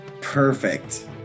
Perfect